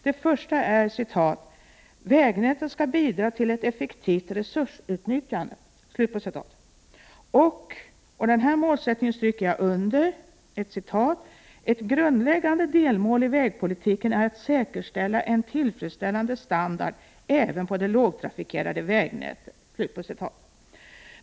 Den första är att ”vägnätet skall bidra till ett effektivt resursutnyttjande”, och den andra är — och den målsättningen vill jag stryka under — att ”ett grundläggande delmål i vägpolitiken är att säkerställa en tillfredsställande standard även på det lågtrafikerade vägnätet”.